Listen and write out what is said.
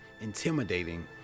intimidating